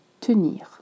tenir